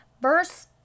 verse